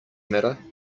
matter